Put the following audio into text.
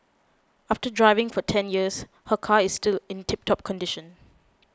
after driving for ten years her car is still in tip top condition